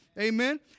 Amen